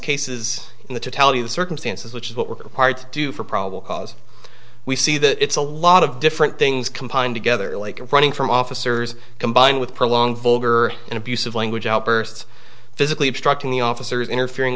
cases in the to tell you the circumstances which is what we're part due for probable cause we see that it's a lot of different things combined together like running from officers combined with prolonged vulgar and abusive language outbursts physically obstructing the officers interfering